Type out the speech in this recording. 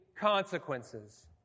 consequences